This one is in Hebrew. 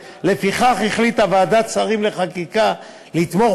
לוועדת הכספים כדי להמשיך בהליכי החקיקה.